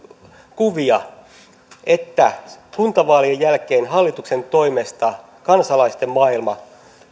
kuvia että kuntavaalien jälkeen hallituksen toimesta kansalaisten maailma